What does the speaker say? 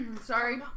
Sorry